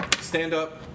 stand-up